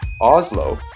Oslo